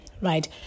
right